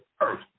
earth